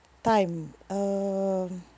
time um